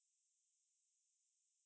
okay okay maybe